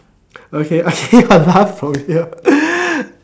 okay okay will laugh from here